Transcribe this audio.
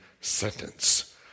sentence